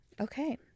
Okay